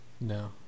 No